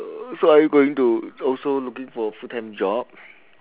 so are you going to also looking for full time job